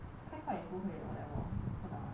再快也不会 whatever 不懂 leh